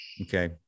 okay